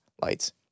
lights